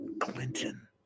Clinton